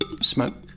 Smoke